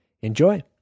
Enjoy